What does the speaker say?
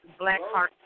Blackheart